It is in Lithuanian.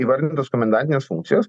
įvardintas komendantines funkcijas